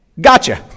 gotcha